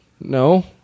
No